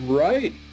right